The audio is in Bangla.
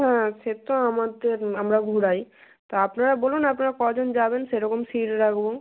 হ্যাঁ সে তো আমাদের আমরা ঘোরাই তা আপনারা বলুন আপনারা কজন যাবেন সেরকম সিট রাখব